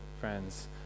friends